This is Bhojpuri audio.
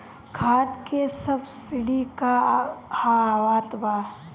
खाद के सबसिडी क हा आवत बा?